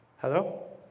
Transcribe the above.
Hello